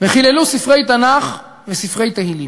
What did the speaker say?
וחיללו ספרי תנ"ך וספרי תהילים.